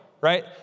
right